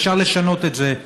אפשר לשנות את זה.